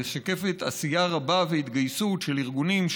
משקפת עשייה רבה והתגייסות של ארגונים,